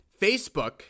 Facebook